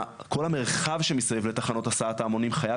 כל המרחב שמסביב לתחנות הסעת ההמונים חייב